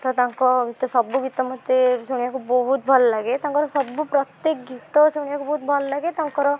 ତ ତାଙ୍କ ଗୀତ ସବୁ ଗୀତ ମୋତେ ଶୁଣିବାକୁ ବହୁତ ଭଲ ଲାଗେ ତାଙ୍କର ସବୁ ପ୍ରତ୍ୟେକ ଗୀତ ଶୁଣିବାକୁ ବହୁତ ଭଲ ଲାଗେ ତାଙ୍କର